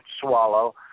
swallow